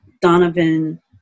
Donovan